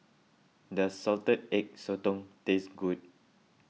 does Salted Egg Sotong taste good